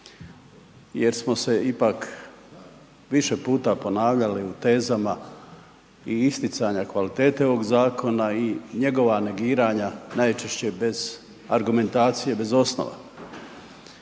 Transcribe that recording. jer smo se ipak više puta ponavljali u tezama i isticanja kvalitete ovog zakona i njegova negiranja najčešće bez argumentacije, bez osnova.